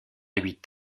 huit